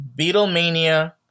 Beatlemania